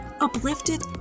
uplifted